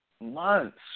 months